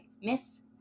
Miss